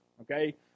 Okay